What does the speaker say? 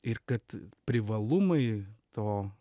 ir kad privalumai to